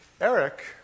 Eric